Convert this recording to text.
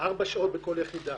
ארבע שעות בכל יחידה.